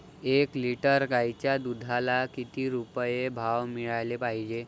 एक लिटर गाईच्या दुधाला किती रुपये भाव मिळायले पाहिजे?